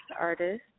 artist